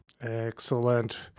Excellent